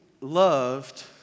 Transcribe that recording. loved